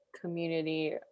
community